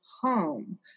home